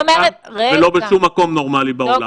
לא כאן ולא בשום מקום נורמלי בעולם.